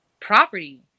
property